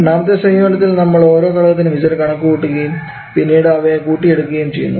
രണ്ടാമത്തെ സമീപനത്തിൽ നമ്മൾ ഓരോ ഘടകത്തിനും Z കണക്കുകൂട്ടുകയും പിന്നീട് അവയെ കൂട്ടി എടുക്കുകയും ചെയ്യുന്നു